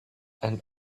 and